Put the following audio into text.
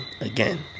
again